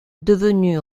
devenu